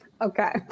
Okay